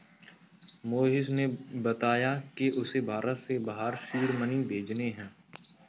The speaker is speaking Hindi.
मोहिश ने बताया कि उसे भारत से बाहर सीड मनी भेजने हैं